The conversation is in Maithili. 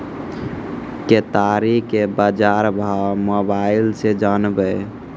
केताड़ी के बाजार भाव मोबाइल से जानवे?